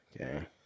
Okay